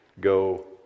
Go